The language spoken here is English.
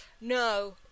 No